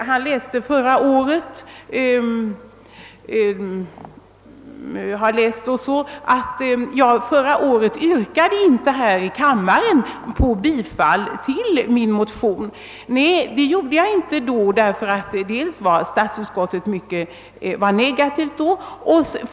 Herr Jönsson i Arlöv sade att han läst att jag förra året inte yrkade bifall till min motion här i kammaren. Nej, det gjorde jag inte, enär statsutskottet ställde sig negativt.